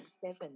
seven